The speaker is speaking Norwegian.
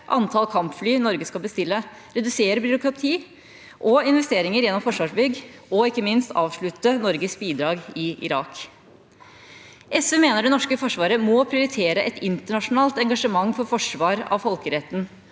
antall kampfly Norge skal bestille, redusere byråkrati og investeringer gjennom Forsvarsbygg og, ikke minst, avslutte Norges bidrag i Irak. SV mener det norske forsvaret må prioritere et internasjonalt engasjement for forsvar av folkeretten